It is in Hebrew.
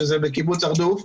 שזה בקיבוץ הרדוף,